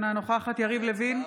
אינה נוכחת יריב לוין,